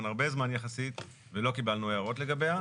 הרבה זמן יחסית ולא קיבלנו הערות לגביה,